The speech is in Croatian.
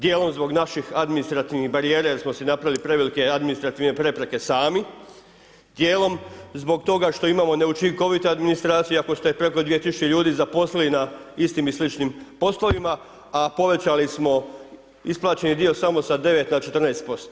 Gdje on zbog naših administrativnih barijera jer smo si napravili prevelike administrativne prepreke sami, djelom zbog toga što imamo neučinkovitu administraciju ako ste preko 2000 ljudi zaposlili na istim i sličnim poslovima a povećali smo isplaćeni dio samo sa 9 na 14%